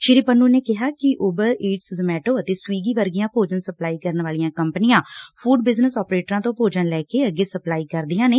ਸ੍ਰੀ ਪੰਨੂ ਨੇ ਕਿਹਾ ਕਿ ਉਬਰ ਈਟਸ ਜੋਮਟੋ ਅਤੇ ਸਵਿਗੀ ਵਰਗੀਆ ਭੋਜਨਾ ਸਪਲਾਈ ਕਰਨ ਵਾਲੀਆ ਕੰਪਨੀਆ ਫੂਡ ਬਿਜਨੈਸ ਆਪਰੇਟਰਾ ਤੋ ਭੋਜਨ ਲੈ ਕੇ ਅੱਗੇ ਸਪਲਾਈ ਕਰਦੀਆ ਨੇ